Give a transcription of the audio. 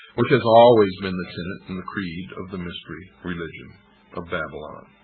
which has always been the tenet and the creed of the mystery religion of babylon.